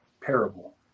parable